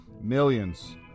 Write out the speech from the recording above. millions